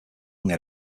only